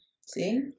See